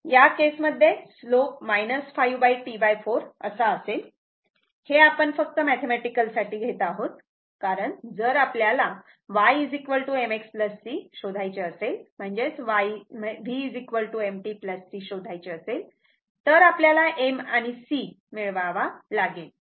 या केस मध्ये slope 5T4 असा असेल हे आपण फक्त मॅथेमॅटिकल साठी घेत आहोत कारण जर आपल्याला y mx c शोधायचे असेल म्हणजेच V mt c शोधायची असेल तर आपल्याला m आणि c मिळवावा लागेल